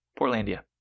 Portlandia